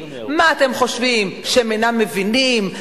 מה אתם חושבים, שהם אינם מבינים?